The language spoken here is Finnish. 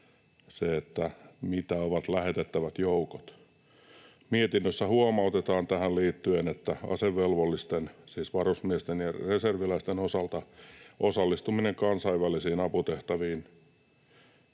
se, mitä ovat lähetettävät joukot. Mietinnössä huomautetaan tähän liittyen, että asevelvollisten, siis varusmiesten ja reserviläisten, osalta osallistuminen kansainvälisiin aputehtäviin